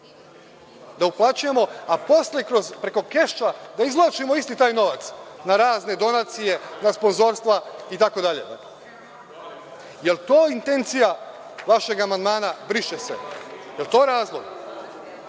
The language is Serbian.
da uplaćujemo, a posle preko keša da izvlačimo isti taj novac na razne donacije, sponzorstva itd? Da li je to intencija vašeg amandmana – briše se? Da li je to razlog?